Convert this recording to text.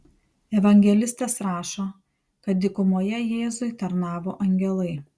evangelistas rašo kad dykumoje jėzui tarnavo angelai